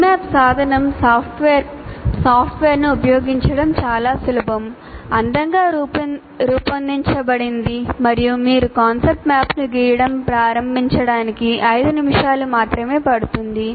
CMap సాధనం సాఫ్ట్వేర్ను ఉపయోగించడం చాలా సులభం అందంగా రూపొందించబడింది మరియు మీరు కాన్సెప్ట్ మ్యాప్ను గీయడం ప్రారంభించడానికి 5 నిమిషాలు మాత్రమే పడుతుంది